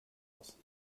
aus